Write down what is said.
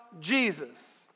Jesus